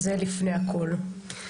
זה לפני הכול.